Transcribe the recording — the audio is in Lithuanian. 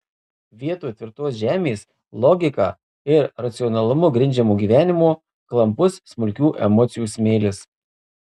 vietoj tvirtos žemės logika ir racionalumu grindžiamo gyvenimo klampus smulkių emocijų smėlis